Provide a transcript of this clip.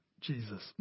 Jesus